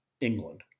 England